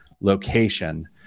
location